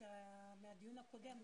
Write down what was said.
מהדיון הקודם,